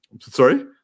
Sorry